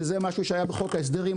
שזה משהו שהיה בחוק ההסדרים,